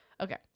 Okay